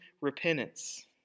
repentance